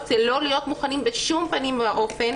הוא לא להיות מוכנים בשום פנים ואופן